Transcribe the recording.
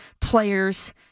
players